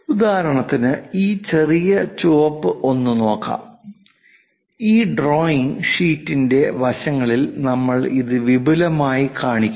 ഉദാഹരണത്തിന് ഈ ചെറിയ ചുവപ്പ് ഒന്ന് നോക്കാം ഈ ഡ്രോയിംഗ് ഷീറ്റിന്റെ വശങ്ങളിൽ നമ്മൾ ഇത് വിപുലമായി കാണിക്കുന്നു